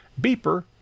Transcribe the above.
Beeper